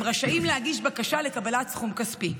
הם רשאים להגיש בקשה לקבלת סכום כספי.